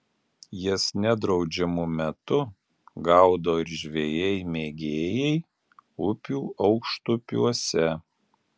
jas nedraudžiamu metu gaudo ir žvejai mėgėjai upių aukštupiuose